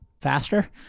faster